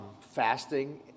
Fasting